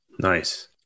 Nice